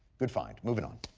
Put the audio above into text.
good find. moving on.